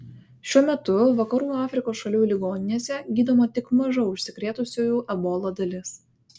šiuo metu vakarų afrikos šalių ligoninėse gydoma tik maža užsikrėtusiųjų ebola dalis